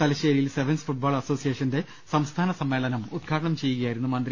തലശ്ശേരിയിൽ sevens football അസോസിയേ ഷന്റെ സംസ്ഥാന സമ്മേളനം ഉദ്ഘാടനം ചെയ്യുകയായിരുന്നു മ്യന്തി